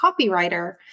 copywriter